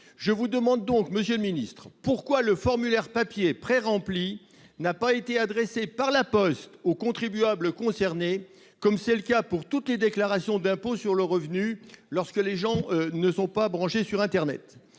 Je vous demande donc, monsieur le ministre, pourquoi le formulaire papier prérempli n'a pas été adressé par la poste aux contribuables concernés, comme c'est le cas pour toutes les déclarations d'impôt sur le revenu lorsque les gens ne sont pas connectés à internet ?